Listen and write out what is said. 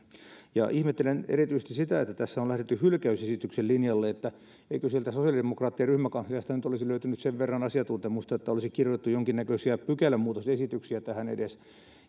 ihmettelen erityisesti sitä että tässä on lähdetty hylkäysesityksen linjalle eikö sieltä sosiaalidemokraattien ryhmäkansliasta nyt olisi löytynyt sen verran asiantuntemusta että tähän olisi kirjoitettu jonkinnäköisiä pykälämuutosesityksiä edes